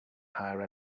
hire